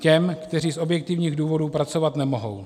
Těm, kteří z objektivních důvodů pracovat nemohou.